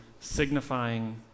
signifying